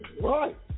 Right